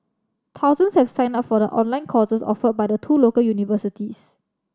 thousands have signed up for the online courses offered by the two local universities